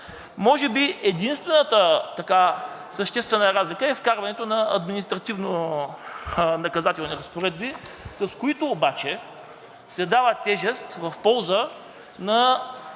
Може би единствената съществена разлика е вкарването на административнонаказателни разпоредби, с които обаче се дава тежест в полза на